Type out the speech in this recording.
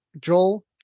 Joel